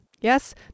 Yes